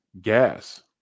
gas